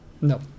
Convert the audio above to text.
No